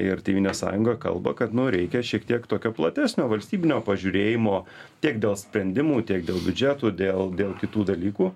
ir tėvynės sąjunga kalba kad nu reikia šiek tiek tokio platesnio valstybinio pažiūrėjimo tiek dėl sprendimų tiek dėl biudžetų dėl dėl kitų dalykų